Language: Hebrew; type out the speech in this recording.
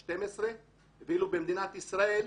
12. במדינת ישראל,